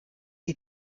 die